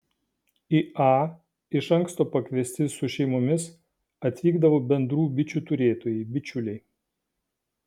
į a iš anksto pakviesti su šeimomis atvykdavo bendrų bičių turėtojai bičiuliai